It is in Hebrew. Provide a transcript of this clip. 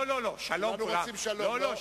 לא שלום של פראיירים.